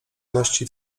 ności